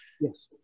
Yes